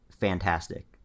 fantastic